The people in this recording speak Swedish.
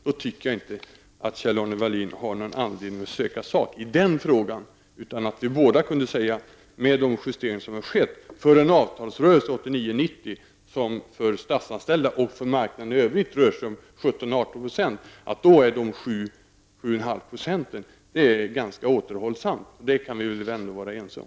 Då tycker jag inte att Kjell-Arne Welin har någon anledning att söka sak i den frågan utan att vi båda kan säga att 7-- 7,5 %, med tanke på de justeringar som har skett i avtalsrörelsen 1989--1990, som för statsanställda och för marknaden i övrigt rör sig om 17--18 %, är ganska återhållsamt. Det kan vi väl ändå vara överens om.